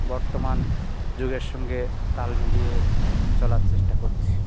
বর্তমান যুগের সঙ্গে তাল মিলিয়ে চলার চেষ্টা কচ্ছি